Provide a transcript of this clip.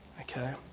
Okay